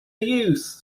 use